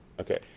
Okay